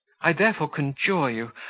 i therefore conjure you,